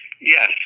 Yes